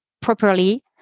properly